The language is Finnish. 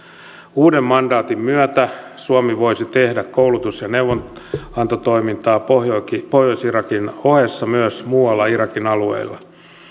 uuden mandaatin myötä suomi voisi tehdä koulutus ja neuvonantotoimintaa pohjois pohjois irakin ohessa myös muualla irakin alueilla